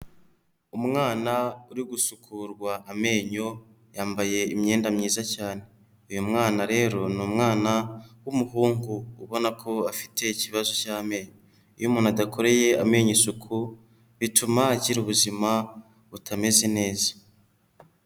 Umwana uri gusukurwa amenyo, yambaye imyenda myiza cyane. Uyu mwana rero ni umwana w'umuhungu, ubona ko afite ikibazo cy'amenyo. Iyo umuntu adakoreye amenyo isuku, bituma agira ubuzima butameze neza.